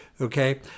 Okay